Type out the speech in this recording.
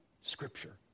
Scripture